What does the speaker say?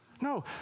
No